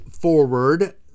forward